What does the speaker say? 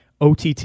OTT